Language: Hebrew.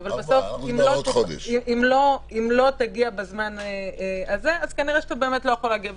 אם לא תגיע בזמן הזה אז כנראה אתה באמת לא יכול להגיע להסדר.